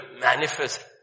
manifest